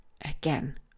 again